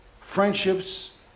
friendships